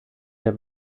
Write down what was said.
der